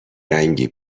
رنگی